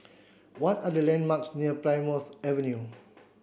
what are the landmarks near Plymouth Avenue